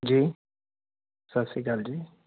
ਜੀ ਸਤਿ ਸ਼੍ਰੀ ਅਕਾਲ ਜੀ